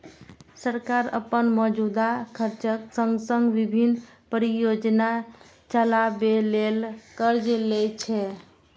सरकार अपन मौजूदा खर्चक संग संग विभिन्न परियोजना चलाबै ले कर्ज लै छै